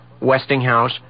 Westinghouse